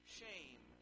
shame